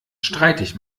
streitig